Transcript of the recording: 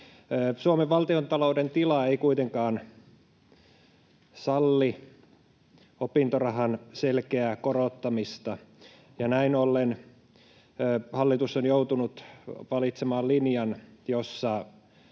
Suomen valtiontalouden tila ei kuitenkaan salli opintorahan selkeää korottamista, ja näin ollen hallitus on joutunut valitsemaan linjan, jossa